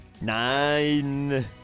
Nine